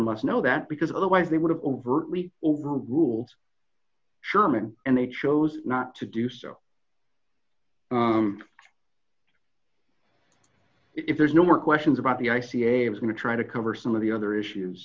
must know that because otherwise they would have overtly over rules sherman and they chose not to do so if there's no more questions about the r c a s going to try to cover some of the other issues